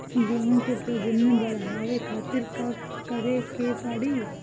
गेहूं के प्रजनन बढ़ावे खातिर का करे के पड़ी?